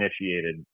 initiated